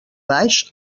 baix